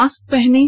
mask पहनें